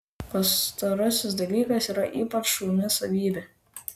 pastarasis dalykas yra ypač šauni savybė